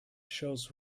shows